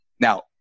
Now